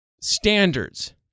standards